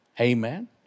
Amen